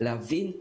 להבין,